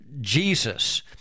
Jesus